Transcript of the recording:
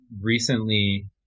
recently